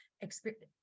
experience